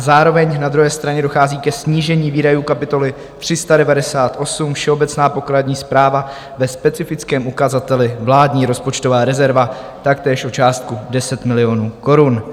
Zároveň na druhé straně dochází ke snížení výdajů kapitoly 398, Všeobecná pokladní správa, ve specifickém ukazateli Vládní rozpočtová rezerva, taktéž o částku 10 milionů korun.